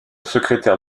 secrétaire